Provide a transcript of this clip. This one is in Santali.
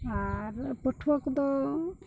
ᱟᱨ ᱯᱟᱹᱴᱷᱩᱣᱟᱹ ᱠᱚᱫᱚ